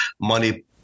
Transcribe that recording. money